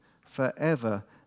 forever